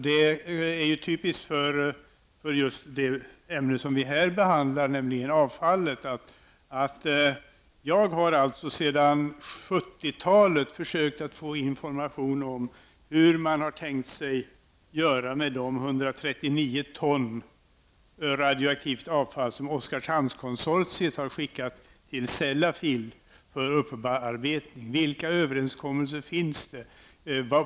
Det är typiskt för just det ämne som vi här behandlar, nämligen avfallet, att jag sedan 70-talet har försökt att få information om hur man tänkt sig göra med de 139 ton radioaktivt avfall som Oskarshamnskonsortiet har skickat till Sellafield för bearbetning. Vilken överenskommelse finns det?